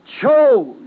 chose